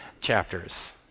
chapters